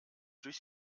durch